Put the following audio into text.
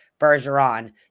Bergeron